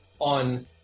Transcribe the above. on